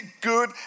good